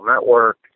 network